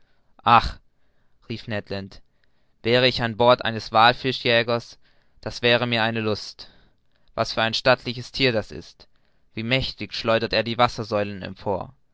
ach rief ned land wäre ich an bord eines wallfischjägers das wäre mir eine luft was für ein stattliches thier das ist wie mächtig schleudert er die wassersäulen empor